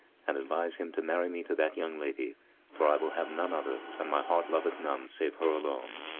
and advise him to marry me to that young lady for i will have none other and my heart loveth none save her alone.